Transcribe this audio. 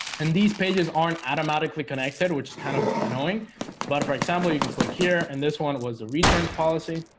and these pages aren't automatically connected which is kind of annoying but for example, you can click here and this one was a returns policy